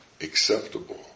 acceptable